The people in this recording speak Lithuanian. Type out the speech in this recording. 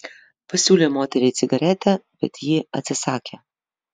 pasiūlė moteriai cigaretę bet ji atsisakė